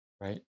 Right